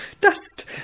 Dust